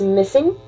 missing